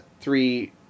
three